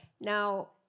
Now